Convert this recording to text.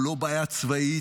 הוא לא בעיה צבאית,